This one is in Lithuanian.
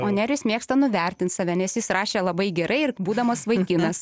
o nerijus mėgsta nuvertint save nes jis rašė labai gerai ir būdamas vaikinas